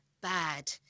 bad